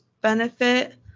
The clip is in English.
benefit